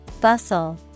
Bustle